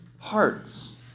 Hearts